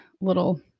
little